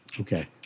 Okay